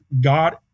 God